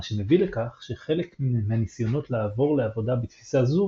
מה שמביא לכך שחלק מהניסיונות לעבור לעבודה בתפיסה זו